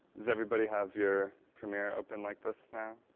does everybody have your premiere open like this now?